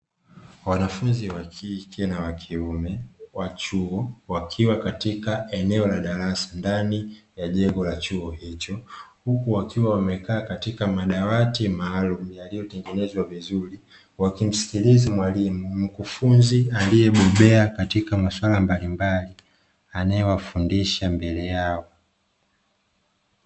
Wanafunzi wa kike na wa kiume wa chuo. Wakiwa katika eneo la darasa ndani ya jengo la chuo hicho, huku wakiwa wamekaa katika madawati maalumu yaliyo tengenezwa vizuri wakimsikiliza mwalimu mkufunzi aliyebobea katika maswala mbalimbali anayewafundisha mbele yao.